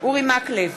אורי מקלב,